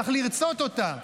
צריך לרצות אותה.